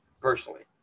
personally